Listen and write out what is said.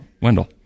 Wendell